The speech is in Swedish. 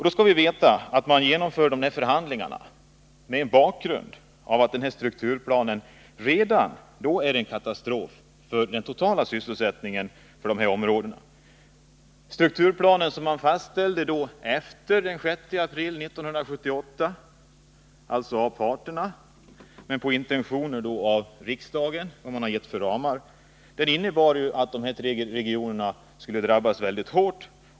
Då skall vi veta att man genomför dessa förhandlingar mot bakgrunden av att denna strukturplan redan i sig är en katastrof för den totala sysselsättningen i de här områdena. Den strukturplan som parterna i enlighet med de ramar som uppdragits av riksdagen fastställde efter den 6 april 1978 innebar att de här tre regionerna skulle drabbas mycket hårt.